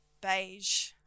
Beige